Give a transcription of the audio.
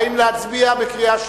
האם להצביע בקריאה שלישית?